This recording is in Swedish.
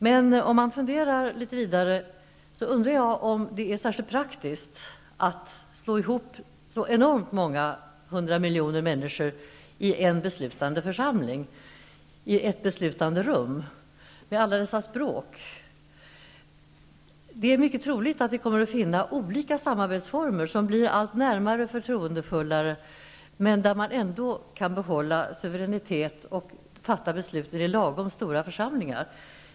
Men om man funderar litet vidare kan man undra om det är särskilt praktiskt att slå ihop så enormt många hundra miljoner människor i en beslutande församling, i ett beslutande rum och med alla dessa språk. Det är mycket troligt att vi kommer att finna olika samarbetsformer som blir allt närmare och alltmer förtroendefulla men som ändå gör det möjligt att behålla suveräniteten och fatta besluten i lagom stora församlingar.